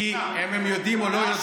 כי אם הם יודעים או לא יודעים,